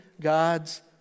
God's